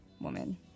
woman